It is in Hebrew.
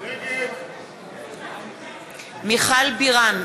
נגד מיכל בירן,